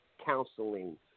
counseling